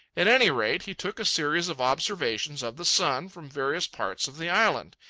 at any rate, he took a series of observations of the sun from various parts of the island.